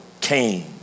Cain